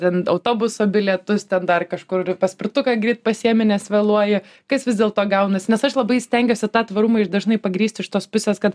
ten autobuso bilietus ten dar kažkur ir paspirtuką greit pasiėmi nes vėluoji kas vis dėlto gaunasi nes aš labai stengiuosi tą tvarumą iš dažnai pagrįsti iš tos pusės kad